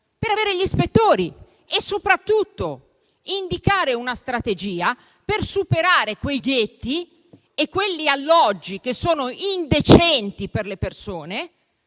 per avere gli ispettori e soprattutto indicare una strategia per superare quei ghetti e quelli alloggi che sono indecenti per le persone,